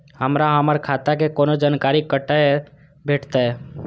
हमरा हमर खाता के कोनो जानकारी कतै भेटतै?